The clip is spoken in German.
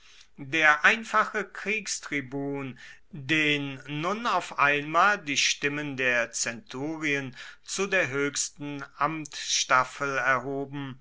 der einfache kriegstribun den nun auf einmal die stimmen der zenturien zu der hoechsten amtstaffel erhoben